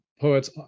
poets